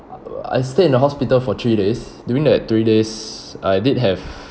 I stayed in the hospital for three days during that three days I did have